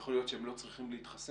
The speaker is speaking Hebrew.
יכול להיות שהם לא צריכים להתחסן.